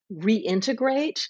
reintegrate